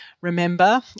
remember